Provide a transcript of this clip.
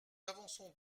avançons